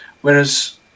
Whereas